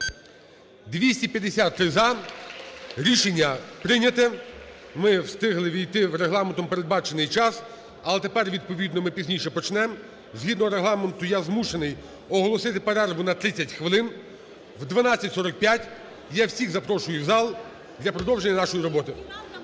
253 – за. Рішення прийняте. Ми встигли ввійти в Регламентом передбачений час, але тепер відповідно ми пізніше почнемо. Згідно Регламенту я змушений оголосити перерву на 30 хвилин. О 12:45 я всіх запрошую в зал для продовження нашої роботи.